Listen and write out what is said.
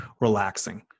relaxing